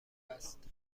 است